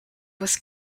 was